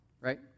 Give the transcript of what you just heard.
right